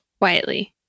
quietly